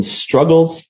struggles